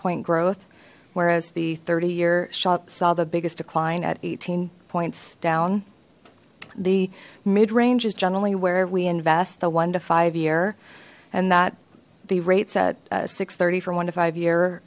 point growth whereas the thirty year shot saw the biggest decline at eighteen points down the mid range is generally where we invest the one to five year and that the rates at six thirty from one to five year